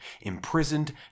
imprisoned